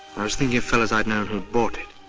i was thinking of fellows i'd known who bought it.